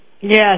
Yes